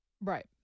right